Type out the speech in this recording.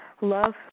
Love